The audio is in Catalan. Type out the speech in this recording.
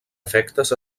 efectes